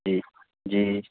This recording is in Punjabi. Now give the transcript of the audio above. ਜੀ ਜੀ